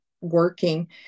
working